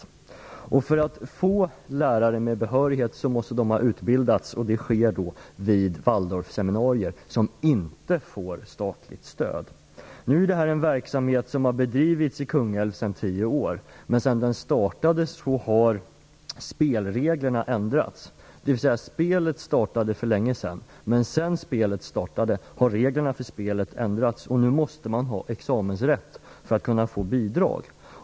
Och för att få lärare med behörighet måste dessa ha utbildats, vilket sker vid waldorfseminarier som inte får statligt stöd. Denna verksamhet har bedrivits i Kungälv i tio år. Men sedan den startades har spelreglerna ändrats - dvs. spelet startade för länge sedan, men sedan spelet startade har reglerna för det ändrats. Nu krävs det examensrätt för att kunna få bidrag.